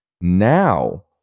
Now